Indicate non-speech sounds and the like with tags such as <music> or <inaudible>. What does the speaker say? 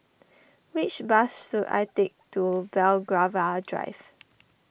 which bus should I take to Belgravia Drive <noise>